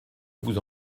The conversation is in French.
vous